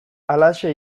halaxe